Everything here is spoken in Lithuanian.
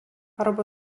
arba